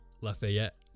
Lafayette